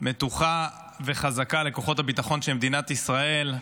מתוחה וחזקה לכוחות הביטחון של מדינת ישראל,